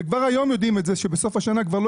וכבר היום יודעים את זה שבסוף השנה כבר לא